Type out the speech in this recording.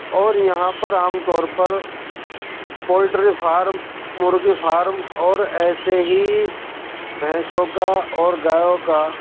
اور یہاں پر عام طور پر پولٹری فارم مرغی فارم اور ایسے ہی بھینسوں کا اور گایوں کا